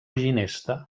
ginesta